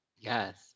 Yes